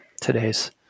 today's